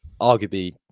arguably